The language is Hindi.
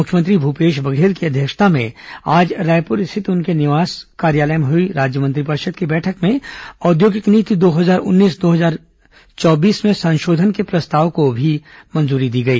मुख्यमंत्री भूपेश बघेल की अध्यक्षता में आज रायपुर स्थित उनके निवास कार्यालय में हुई राज्य मंत्रिपरिषद की बैठक में औद्योगिक नीति दो हजार उन्नीस दो हजार चौबीस में संशोधन के प्रस्ताव को मंजूरी दी गई